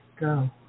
go